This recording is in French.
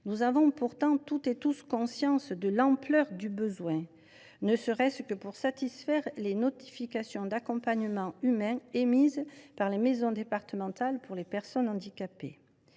nous avons pourtant conscience de l’ampleur du besoin, ne serait ce que pour satisfaire les notifications d’accompagnement humain qui sont émises par les maisons départementales des personnes handicapées.